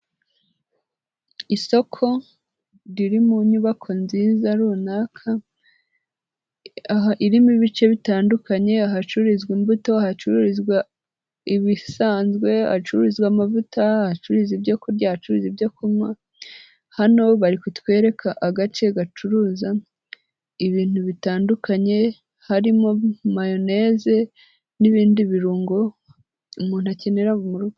Isoko riri mu nyubako nziza runaka aha irimo ibice bitandukanye, ahacururizwa imbuto, ahacururizwa ibisanzwe, ahacururizwa amavuta, ahacururizwa ibyo kurya, ahacururizwa ibyo kunywa, hano bari kutwereka agace gacuruza ibintu bitandukanye, harimo mayoneze n'ibindi birungo umuntu akenera mu rugo.